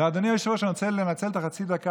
כבוד היושב-ראש, כנסת נכבדה,